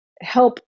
help